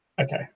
Okay